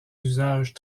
usages